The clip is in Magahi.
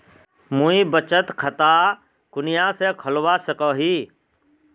मुई बचत खता कुनियाँ से खोलवा सको ही?